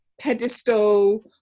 pedestal